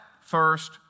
first